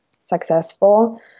successful